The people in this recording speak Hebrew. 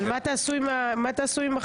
מה תעשו עם החיילים?